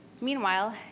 Meanwhile